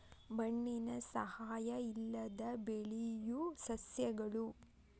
ಮಣ್ಣಿನ ಸಹಾಯಾ ಇಲ್ಲದ ಬೆಳಿಯು ಸಸ್ಯಗಳು